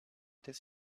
this